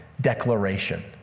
declaration